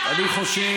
אני חושב